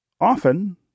often